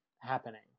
happening